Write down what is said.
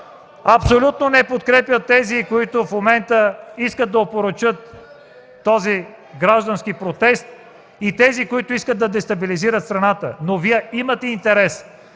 абсолютно не подкрепят тези, които в момента искат да опорочат гражданския протест, и тези, които искат да дестабилизират страната. Но Вие имате интерес,